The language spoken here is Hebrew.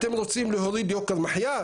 אתם רוצים להוריד יוקר מחיה?